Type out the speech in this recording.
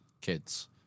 kids